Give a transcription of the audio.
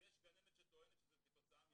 ויש גננת שטוענת שזה כתוצאה מנפילה.